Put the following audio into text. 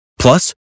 Plus